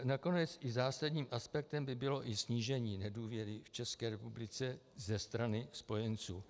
Nakonec i zásadním aspektem by bylo i snížení (?) nedůvěry v České republice ze strany spojenců.